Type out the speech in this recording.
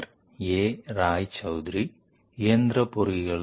Till now we have discussed CNC programming interpolation etc now this is 3 D machining